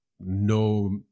no